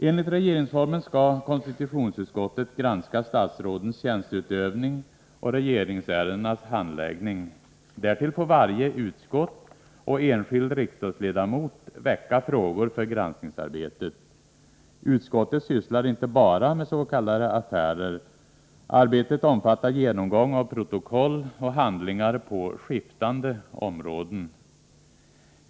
Enligt regeringsformen skall konstitutionsutskottet granska statsrådens tjänsteutövning och regeringsärendenas handläggning. Därtill får varje utskott och varje enskild riksdagsledamot väcka frågor för granskning. Utskottet sysslar inte bara meds.k. affärer. Arbetet omfattar genomgång av protokoll och handlingar på skiftande områden.